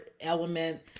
element